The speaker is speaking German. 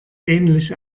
ähnlich